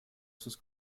sus